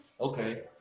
Okay